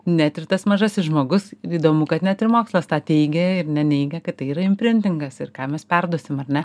net ir tas mažasis žmogus įdomu kad net ir mokslas tą teigia ir neneigia kad tai yra imprintingas ir ką mes perduosim ar ne